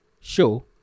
show